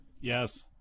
Yes